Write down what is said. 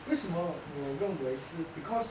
为什么我认为是 because